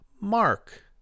Mark